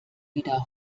wieder